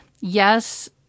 yes